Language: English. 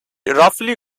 roughly